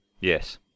Yes